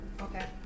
okay